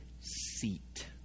seat